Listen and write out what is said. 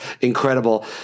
incredible